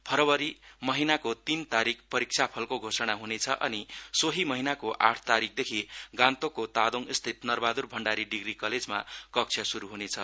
फरवरी महिनाको तीन तारिक परिक्षाफलको घोषणा हुनेछ अनि सोही महिनाको आठ तारिकदेखि गान्तोकको तादोङस्थित नरबहादुर भण्डारी डिग्री कलेजमा कक्ष शुरू हुनेछ